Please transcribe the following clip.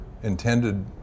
intended